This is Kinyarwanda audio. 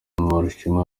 mbarushimana